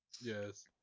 Yes